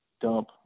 dump